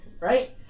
Right